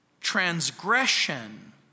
transgression